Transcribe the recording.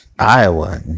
Iowa